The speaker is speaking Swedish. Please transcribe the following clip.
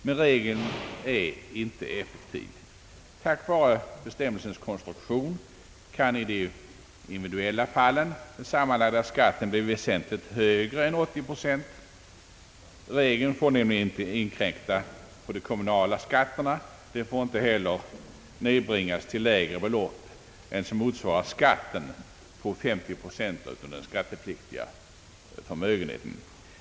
Men regeln är inte effektiv. På grund av bestämmelsens konstruktion kan i de individuella fallen den sammanlagda skatten bli väsentligt högre än 80 procent. Regeln får nämligen inte inkräkta på de kommunala skatterna. Den får inte heller medföra att skatten nedbringas till lägre belopp än som motsvarar skatten på 50 procent av den skattepliktiga förmögenheten.